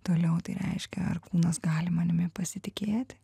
toliau tai reiškia ar kūnas gali manimi pasitikėti